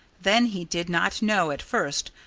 then he did not know, at first,